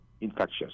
infectious